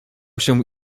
się